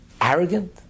Arrogant